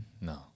No